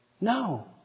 No